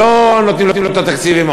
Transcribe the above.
שלא נותנים לו את התקציבים,